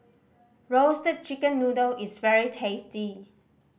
Roasted Chicken Noodle is very tasty